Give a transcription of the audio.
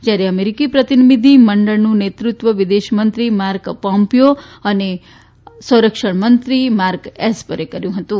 જ્યારે અમેરિકી પ્રતિનિધિમંડળનું નેતૃત્વ વિદેશમંત્રી માર્ક પોમ્પીયો અને સંરક્ષણમંત્રી માર્ક એસ્પરે કર્યું હતું